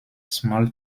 small